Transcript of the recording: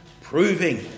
proving